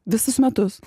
visus metus